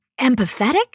empathetic